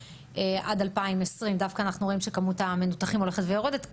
ועד 2020. אנחנו רואים דווקא שכמות המנותחים הולכת ויורדת,